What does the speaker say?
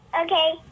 Okay